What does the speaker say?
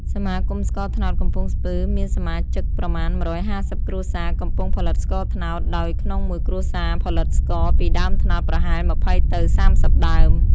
សមាគមស្ករត្នោតកំពង់ស្ពឺ មានសមាជិកប្រមាណ១៥០ គ្រួសារ កំពុងផលិតស្ករត្នោត ដោយក្នុងមួយគ្រួសារផលិតស្ករ ពីដើមត្នោតប្រហែល២០ទៅ៣០ដើម។